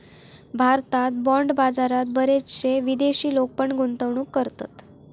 भारतात बाँड बाजारात बरेचशे विदेशी लोक पण गुंतवणूक करतत